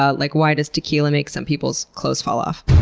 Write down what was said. ah like why does tequila make some people's clothes fall off?